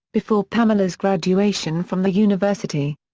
before pamela's graduation from the university.